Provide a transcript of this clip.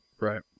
Right